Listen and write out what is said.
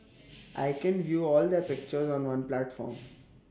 I can view all their pictures on one platform